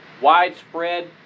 widespread